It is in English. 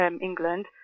England